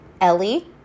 Ellie